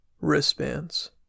wristbands